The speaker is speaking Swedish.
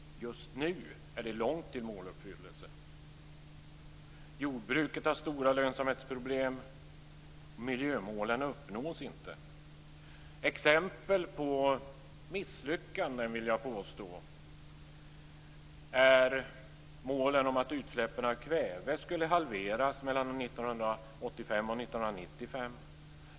Just nu är det långt till måluppfyllelsen. Jordbruket har stora lönsamhetsproblem och miljömålen uppnås inte. Exempel på misslyckanden, vill jag påstå, är målet om att utsläppen av kväve skulle halveras mellan 1985 och 1995.